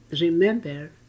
remember